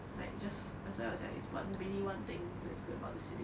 like just that's why 我讲 there is one mini one thing that's good about the city